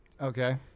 Okay